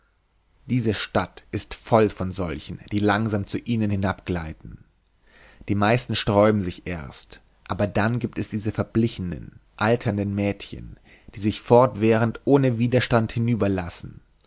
diese stadt ist voll von solchen die langsam zu ihnen hinabgleiten die meisten sträuben sich erst aber dann giebt es diese verblichenen alternden mädchen die sich fortwährend ohne widerstand